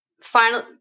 final